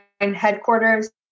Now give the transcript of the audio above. headquarters